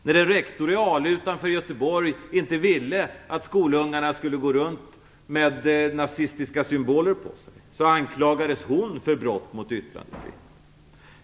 När en rektor i Ale utanför Göteborg inte ville att skolungarna skulle gå runt med nazistiska symboler på sig anklagades hon för brott mot yttrandefriheten.